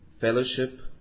Fellowship